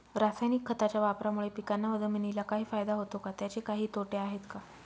रासायनिक खताच्या वापरामुळे पिकांना व जमिनीला काही फायदा होतो का? त्याचे काही तोटे आहेत का?